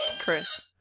Chris